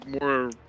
more